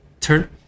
turn